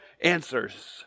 answers